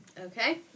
Okay